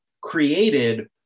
created